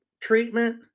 treatment